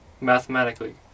mathematically